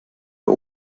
der